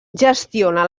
gestiona